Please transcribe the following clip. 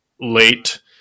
late